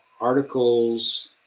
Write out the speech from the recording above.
articles